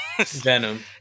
Venom